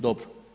Dobro.